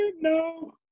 No